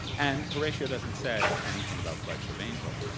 and horatio doesn't say anything about flights of angels.